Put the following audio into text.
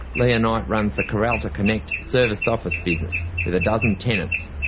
leah knight runs the karalta connect serviced office business with a dozen tenants.